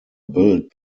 built